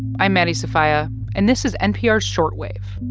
i'm maddie sofia, and this is npr's short wave.